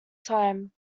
time